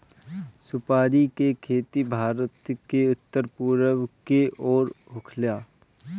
सुपारी के खेती भारत के उत्तर पूरब के ओर होखेला